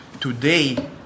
Today